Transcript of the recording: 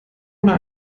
oder